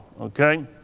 Okay